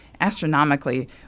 astronomically